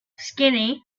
skinny